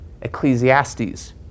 Ecclesiastes